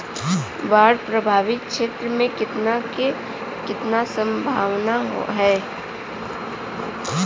बाढ़ प्रभावित क्षेत्र में खेती क कितना सम्भावना हैं?